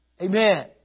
Amen